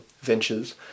ventures